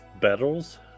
battles